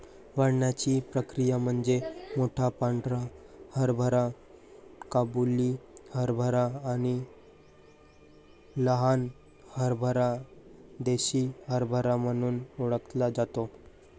वाढण्याची प्रक्रिया म्हणजे मोठा पांढरा हरभरा काबुली हरभरा आणि लहान हरभरा देसी हरभरा म्हणून ओळखला जातो